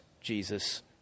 Jesus